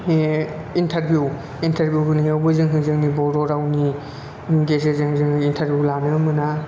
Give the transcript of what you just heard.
हे interview interview होनायावबो जोङो जोंनि बर' रावनि गेजेरजों जोङो इन्थारबिउ लाबोनो मोना